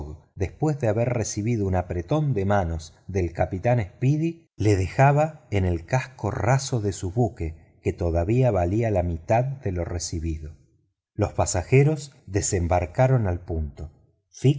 después de haber recibido un apretón de manos del capitán speedy lo dejaba en el casco raso de su buque que todavía valía la mitad de lo recibido los pasajeros desembarcaron al punto fix